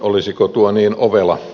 olisiko tuo niin ovela